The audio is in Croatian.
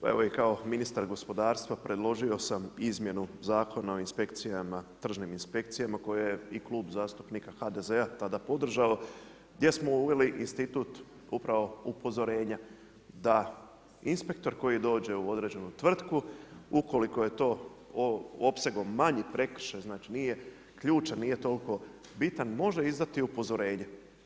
Pa evo kao i ministar gospodarstva predložio sam izmjenu Zakona o inspekcijama, tržnim inspekcijama koje je i Klub zastupnika HDZ-a tada podržao gdje smo uveli institut upravo upozorenja, da inspektor koji dođe u određenu tvrtku ukoliko je to opsegom manji prekršaj, znači nije ključan, nije toliko bitan može izdati upozorenje.